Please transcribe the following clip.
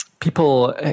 People